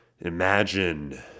Imagine